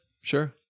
sure